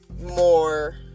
more